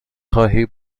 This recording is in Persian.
خواهی